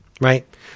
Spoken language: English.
right